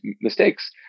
mistakes